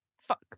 fuck